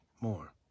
more